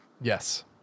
Yes